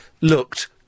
looked